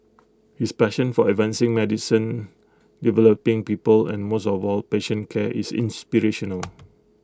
his passion for advancing medicine developing people and most of all patient care is inspirational